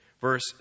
Verse